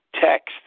text